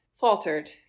faltered